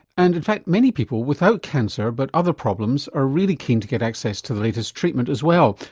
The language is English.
and in fact many people without cancer but other problems are really keen to get access to the latest treatment as well,